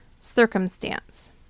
circumstance